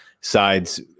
sides